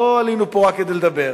לא עלינו פה רק כדי לדבר.